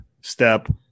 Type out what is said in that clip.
Step